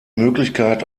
möglichkeit